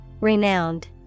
Renowned